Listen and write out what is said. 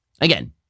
Again